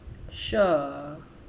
sure